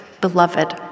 beloved